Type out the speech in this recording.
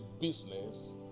business